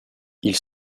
ils